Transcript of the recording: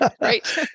Right